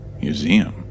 Museum